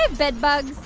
ah bedbugs?